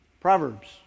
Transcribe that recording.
Proverbs